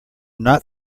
not